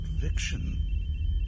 fiction